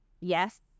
Yes